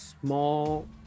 Small